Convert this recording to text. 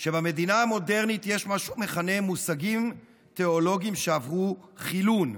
שבמדינה המודרנית יש מה שהוא מכנה מושגים תיאולוגיים שעברו חילון.